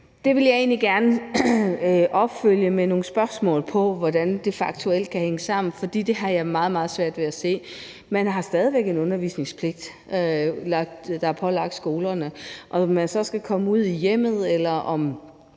Det vil jeg egentlig gerne følge op med nogle spørgsmål til, hvordan det faktuelt kan hænge sammen, for det har jeg meget, meget svært ved at se. Der er stadig væk pålagt skolerne en undervisningspligt. Om man så skal komme ud i hjemmet, eller om